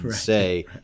say